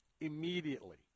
immediately